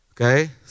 Okay